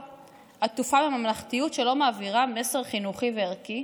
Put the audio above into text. עטופה בממלכתיות שלא מעבירה מסר חינוכי וערכי,